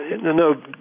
no